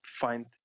find